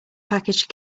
package